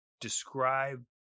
describe